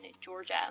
Georgia